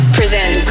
present